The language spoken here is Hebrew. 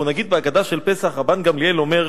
אנחנו נגיד בהגדה של פסח: רבן גמליאל אומר,